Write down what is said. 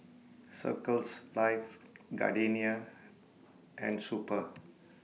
Circles Life Gardenia and Super